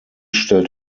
stellt